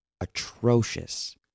atrocious